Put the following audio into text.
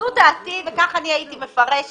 זו דעתי וכך אני הייתי מפרשת,